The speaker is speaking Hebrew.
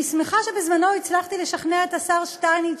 אני שמחה שבזמנו הצלחתי לשכנע את השר שטייניץ,